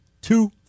two